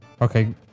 Okay